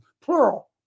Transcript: Plural